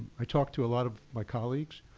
i talked to a lot of my colleagues,